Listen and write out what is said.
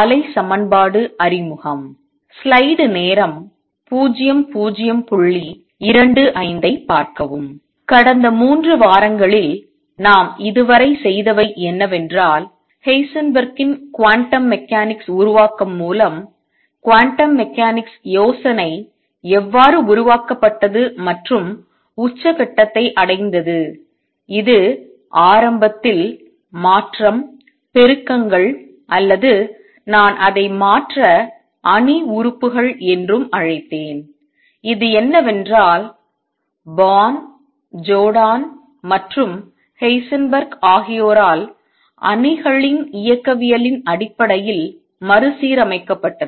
அலை சமன்பாடு அறிமுகம் கடந்த 3 வாரங்களில் நாம் இதுவரை செய்தவை என்னவென்றால் ஹைசன்பெர்க்கின் குவாண்டம் மெக்கானிக்ஸ் உருவாக்கம் மூலம் குவாண்டம் மெக்கானிக்ஸ் யோசனை எவ்வாறு உருவாக்கப்பட்டது மற்றும் உச்சக்கட்டத்தை அடைந்தது இது ஆரம்பத்தில் மாற்றம் பெருக்கங்கள் அல்லது நான் அதை மாற்ற அணி உறுப்புகள் என்றும் அழைத்தேன் இது என்னவென்றால் பார்ன் ஜோர்டான் மற்றும் Heisenberg Born Jordan and Heisenberg ஆகியோரால் அணிகளின் இயக்கவியலின் அடிப்படையில் மறுசீரமைக்கப்பட்டது